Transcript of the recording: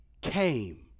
came